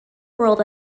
world